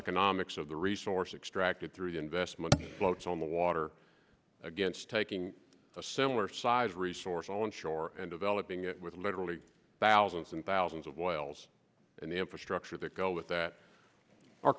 economics of the resource extracted through the investment floats on the watch against taking a similar sized resource on shore and developing it with literally thousands and thousands of wells and the infrastructure that go with that are